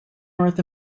north